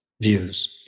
views